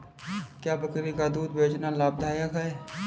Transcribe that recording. क्या बकरी का दूध बेचना लाभदायक है?